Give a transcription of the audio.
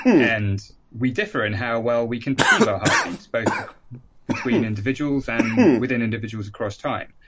and we differ in how well we can perceive our heartbeats, both between individuals and within individuals across time